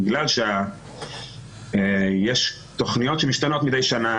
בגלל שיש תכניות שמשתנות מדי שנה,